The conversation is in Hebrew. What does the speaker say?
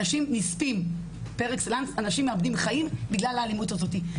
אנשים מאבדים חיים בגלל האלימות הזאת.